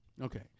Okay